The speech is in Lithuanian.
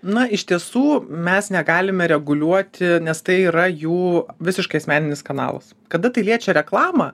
na iš tiesų mes negalime reguliuoti nes tai yra jų visiškai asmeninis kanalas kada tai liečia reklamą